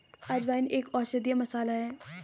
अजवाइन एक औषधीय मसाला है